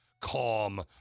calm